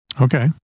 Okay